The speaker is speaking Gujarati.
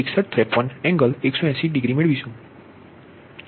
6153 એંગલ 180 ડિગ્રી મેળવીશું